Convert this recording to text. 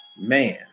Man